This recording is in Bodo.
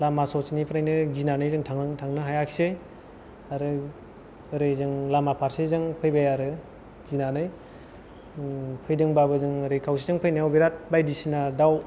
लामा ससेनिफ्रायनो गिनानै जों थांनां थांनो हायाखसै आरो ओरै जों लामा फारसेजों फैबाय आरो गिनानै फैदोंबाबो जों ओरै खावसेजों फैनायाव बिराद बायदिसिना दाव